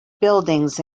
buildings